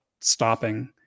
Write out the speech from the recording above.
stopping